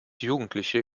jugendliche